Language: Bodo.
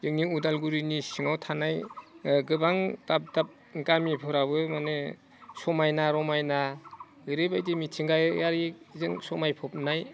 जोंनि उदालगुरिनि सिङाव थानाय गोबां दाब दाब गामिफोराबो माने समायना रमायना ओरैबायदि मिथिंगायारिजों समायफबनाय